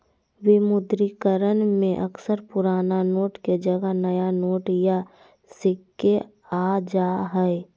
विमुद्रीकरण में अक्सर पुराना नोट के जगह नया नोट या सिक्के आ जा हइ